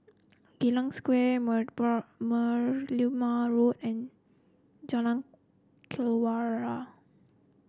Geylang Square Merlimau Road and Jalan Kelawar